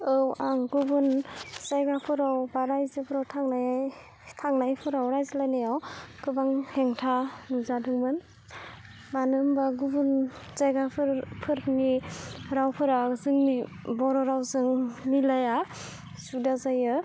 औ आं गुबुन जायगाफोराव बा रायजोफोराव थांनाय थांनायफोराव रायज्लायनायाव गोबां हेंथा नुजादोंमोन मानो होमबा गुबुन जायगाफोर फोरनि रावफोरा जोंनि बर' रावजों मिलाया जुदा जायो